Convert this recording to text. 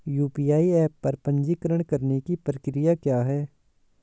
UPI app पर पंजीकरण करने की प्रक्रिया क्या है?